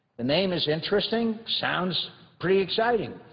the name is interesting, sounds pretty exciting.